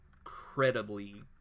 incredibly